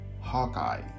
Hawkeye